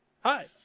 Hi